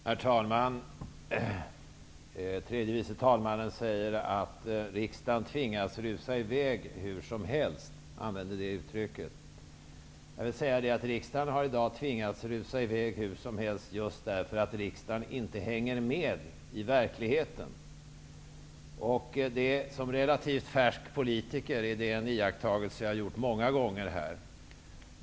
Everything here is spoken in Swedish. Herr talman! Tredje vice talmannen säger att riksdagen tvingas att rusa i väg hur som helst -- han använde det uttrycket. Riksdagen har i dag tvingats att rusa i väg hur som helst just därför att riksdagen inte hänger med i vad som händer i verkligheten. Som relativt färsk politiker är detta en iakttagelse som jag många gånger har gjort.